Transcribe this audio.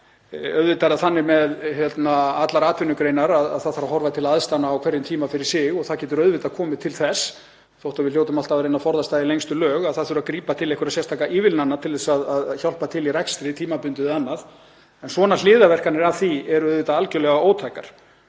Auðvitað er það þannig með allar atvinnugreinar að það þarf að horfa til aðstæðna á hverjum tíma og það getur komið til þess, þótt við hljótum alltaf að reyna að forðast það í lengstu lög, að grípa þurfi til einhverra sérstakra ívilnana til að hjálpa til í rekstri tímabundið eða annað. En svona hliðarverkanir af því eru auðvitað algerlega ótækar